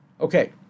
Okay